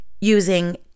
using